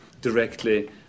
directly